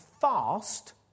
fast